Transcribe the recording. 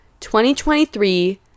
2023